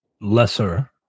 lesser